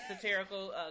satirical